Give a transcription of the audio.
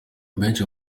benshi